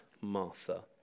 Martha